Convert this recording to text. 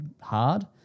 hard